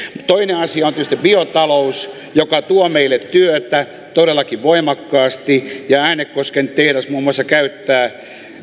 toinen asia on tietysti biotalous joka tuo meille työtä todellakin voimakkaasti äänekosken tehdas muun muassa käyttää